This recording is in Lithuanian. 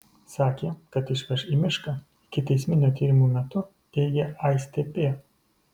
sakė kad išveš į mišką ikiteisminio tyrimo metu teigė aistė p